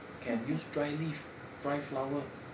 can use dry leaf dry flower